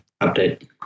update